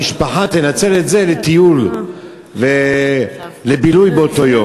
המשפחה תנצל את זה לטיול ולבילוי באותו יום.